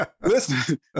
Listen